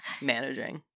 managing